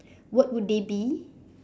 what would they be